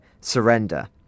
surrender